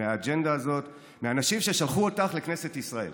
מהאג'נדה הזאת, מאנשים ששלחו אותך לכנסת ישראל.